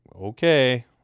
okay